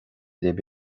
libh